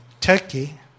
Turkey